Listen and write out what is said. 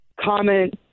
comment